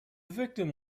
victim